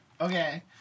okay